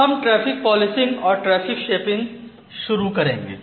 अब हम traffic policing और ट्रैफिक शेपिंग शुरू करेंगे